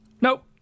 Nope